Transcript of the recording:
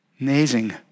Amazing